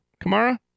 Kamara